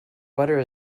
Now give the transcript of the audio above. butter